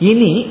Ini